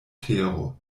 tero